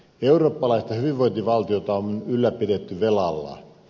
eurooppalaista hyvinvointivaltiota on ylläpidetty velalla